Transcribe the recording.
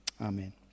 Amen